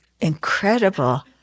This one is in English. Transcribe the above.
incredible